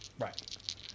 Right